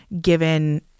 given